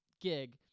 gig